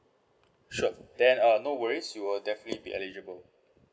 sure then uh no worries you'll definitely be eligible